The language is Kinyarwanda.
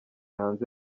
hanze